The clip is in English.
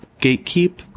gatekeep